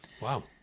Wow